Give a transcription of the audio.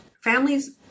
families